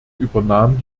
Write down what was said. übernahm